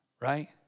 Right